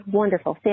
wonderful